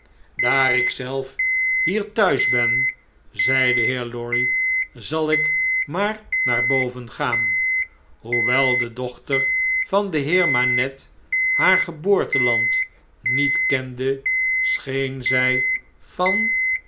daar ik zelf hier thuis ben zei de heer lorry zal ik maar naar boven gaan hoewel de dochter van den heer manette haar geboorteland niet kende scbeen zij van